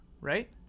Right